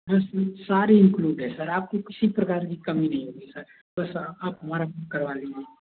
sir सारी include है sir आपको किसी प्रकार की कमी नहीं होगी सर तो सर आप हमारा करवा लो आप